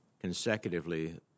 consecutively